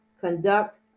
conduct